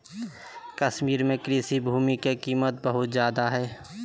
कश्मीर में कृषि भूमि के कीमत बहुत ज्यादा हइ